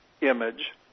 image